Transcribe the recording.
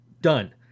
Done